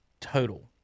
total